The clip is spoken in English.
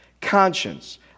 conscience